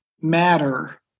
matter